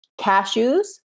cashews